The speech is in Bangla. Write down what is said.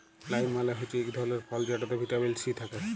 লাইম মালে হচ্যে ইক ধরলের ফল যেটতে ভিটামিল সি থ্যাকে